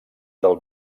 del